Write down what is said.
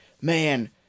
man